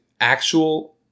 actual